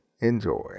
Enjoy